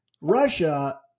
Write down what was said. Russia